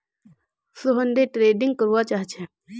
Sohan day trading करवा चाह्चे